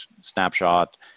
snapshot